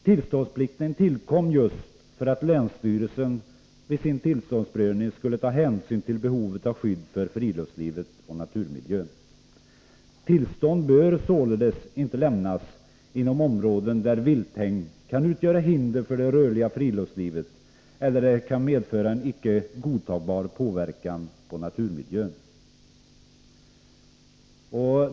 Tillståndsplikten tillkom just för att länsstyrelsen vid sin tillståndsprövning skulle ta hänsyn till behovet av skydd för friluftslivet och naturmiljön. Tillstånd bör således inte lämnas inom områden där vilthägn kan utgöra hinder för det rörliga friluftslivet eller där de kan medföra en icke godtagbar påverkan på naturmiljön.